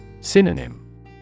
Synonym